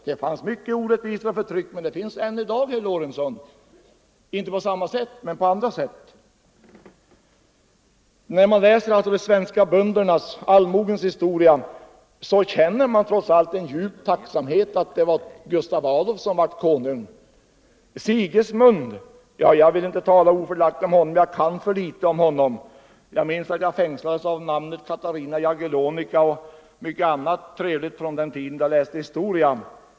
Det fanns många orättvisor och mycket förtryck, men det finns det än i dag, herr Lorentzon — inte på samma sätt men på andra sätt. När man läser de svenska böndernas, allmogens, historia känner man trots allt en djup tacksamhet över att det var Gustav II Adolf som blev konung. Jag vill inte tala ofördelaktigt om Sigismund, för jag kan för litet om honom. Jag minns att jag fängslades av namnet Katarina Jagellonica och mycket annat trevligt från den tiden då jag läste historia.